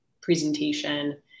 presentation